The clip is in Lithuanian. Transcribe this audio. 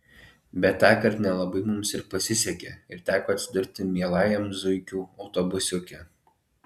bet tąkart nelabai mums pasisekė ir teko atsidurti mielajam zuikių autobusiuke